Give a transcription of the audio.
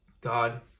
god